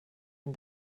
and